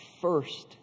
first